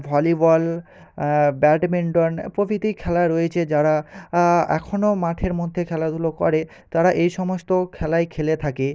volleyball badminton প্রভৃতি খেলা রয়েছে যারা এখনও মাঠের মধ্যে খেলাধুলো করে তারা এই সমস্ত খেলাই খেলে থাকে